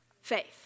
faith